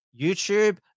YouTube